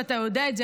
ואתה יודע את זה,